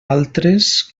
altres